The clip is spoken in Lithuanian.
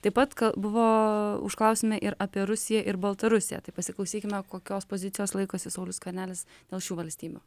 taip pat buvo užklausėme ir apie rusiją ir baltarusiją tai pasiklausykime kokios pozicijos laikosi saulius skvernelis dėl šių valstybių